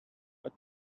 but